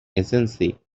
agency